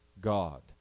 God